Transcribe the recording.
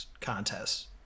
contests